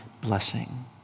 blessing